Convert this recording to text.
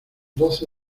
doce